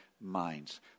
minds